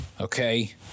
okay